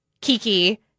Kiki